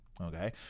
Okay